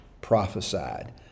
prophesied